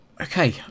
Okay